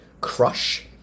crush